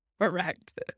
Correct